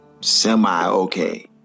semi-okay